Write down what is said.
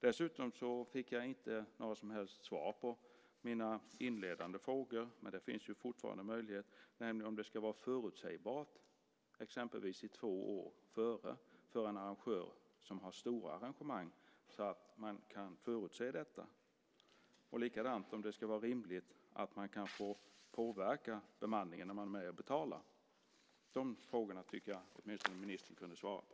Dessutom fick jag inte några som helst svar på mina inledande frågor - men det finns ju fortfarande möjlighet - om det ska vara förutsägbart, exempelvis i två år före, för en arrangör som har stora arrangemang så att man kan förutse detta, likaså om det ska vara rimligt att man kan få påverka bemanningen när man är med och betalar. De frågorna tycker jag åtminstone att ministern kunde svara på.